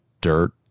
dirt